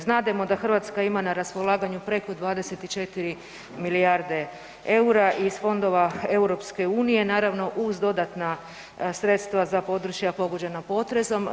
Znademo da Hrvatska ima na raspolaganju preko 24 milijarde EUR-a iz Fondova EU, naravno uz dodatna sredstava za područja pogođena potresom.